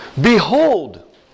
Behold